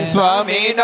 Swami